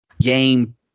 game